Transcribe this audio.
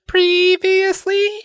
Previously